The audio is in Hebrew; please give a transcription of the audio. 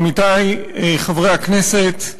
עמיתי חברי הכנסת,